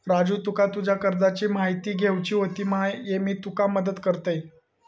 राजू तुका तुज्या कर्जाची म्हायती घेवची होती मा, ये मी तुका मदत करतय